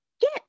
Get